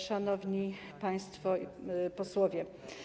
Szanowni Państwo Posłowie!